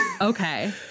Okay